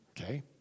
okay